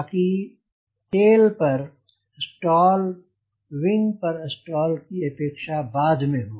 ताकि tail tail पर stall wing पर स्टॉल की अपेक्षा बाद में हो